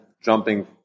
jumping